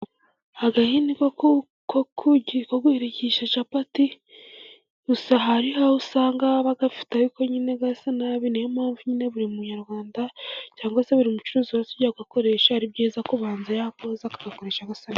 Agahini ko kugukisha capati, gusa hari aho usanga bagafite ariko nyine gasa nabi niyo mpamvu nyine buri munyarwanda cyangwa umucuruzi yajya kugakoresha ari byiza kubanza yakoza akakakoresha.